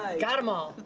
ah got em all.